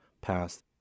passed